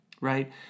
Right